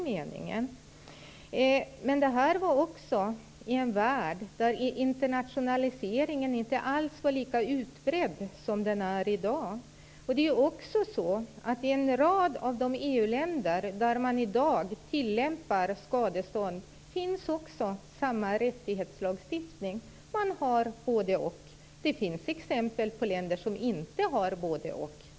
Men det skedde i en värld där internationaliseringen inte alls var lika utbredd som den är i dag. Dessutom finns en motsvarande rättighetslagstiftning i en rad av de EU länder där man i dag tillämpar skadestånd. De har både-och. Det är också sant att det finns exempel på länder som inte har både-och.